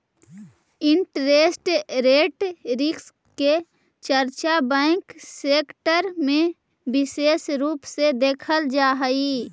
interest rate risk के चर्चा bank sector में विशेष रूप से देखल जा हई